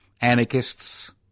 anarchists